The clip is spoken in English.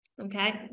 Okay